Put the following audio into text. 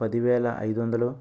పదివేల ఐదు వందలు